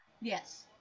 Yes